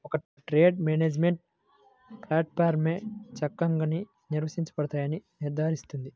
ఒక trade management ప్లాట్ఫారమ్లో చక్కగా నిర్వహించబడతాయని నిర్ధారిస్తుంది